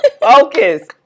Focus